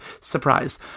Surprise